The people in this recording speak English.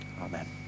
amen